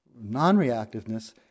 Non-reactiveness